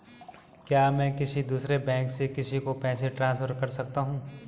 क्या मैं किसी दूसरे बैंक से किसी को पैसे ट्रांसफर कर सकता हूँ?